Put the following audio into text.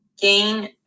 gain